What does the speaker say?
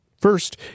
First